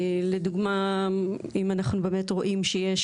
לדוגמה, אם אנחנו באמת רואים שיש